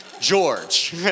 George